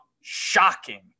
Shocking